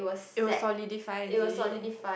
it will solidify is it